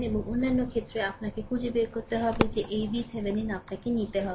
এবং অন্যান্য ক্ষেত্রে আপনাকে খুঁজে বের করতে হবে যে এই VThevenin আপনাকে নিতে হবে